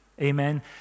Amen